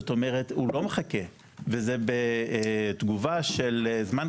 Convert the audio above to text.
זאת אומרת הוא לא מחכה וזה בתגובה של זמן קצר.